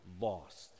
lost